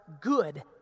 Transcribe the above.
good